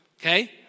okay